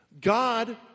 God